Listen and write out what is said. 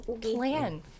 plan